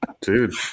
Dude